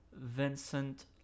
Vincent